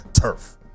turf